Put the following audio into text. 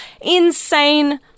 insane